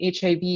HIV